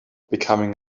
becoming